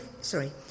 Sorry